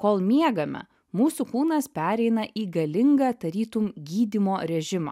kol miegame mūsų kūnas pereina į galingą tarytum gydymo režimą